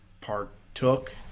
partook